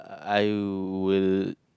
I will